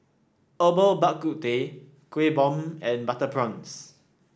Herbal Bak Ku Teh Kuih Bom and Butter Prawns